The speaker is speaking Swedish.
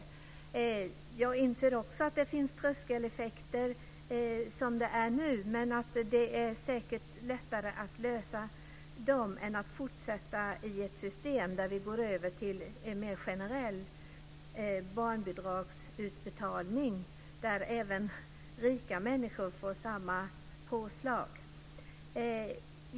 Också jag inser att det som det nu är finns tröskeleffekter, men det är säkert lättare att komma till rätta med dem än att fortsätta med ett system som innebär övergång till en mer generell barnbidragsutbetalning, där även rika människor får samma påslag.